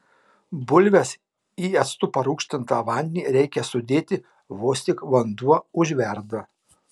bulves į actu parūgštintą vandenį reikia sudėti vos tik vanduo užverda